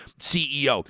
CEO